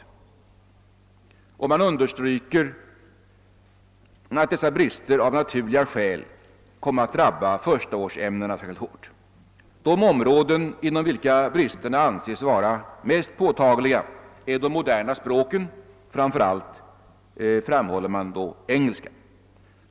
Universitetskanslersämbetet understryker att dessa brister av naturliga skäl kommer att drabba förstaårsämnena särskilt hårt. Vidare sägs: »De områden inom vilka bristerna anses vara mest påtagliga är de moderna språken, framför allt engelska.